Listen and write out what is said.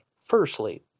Firstly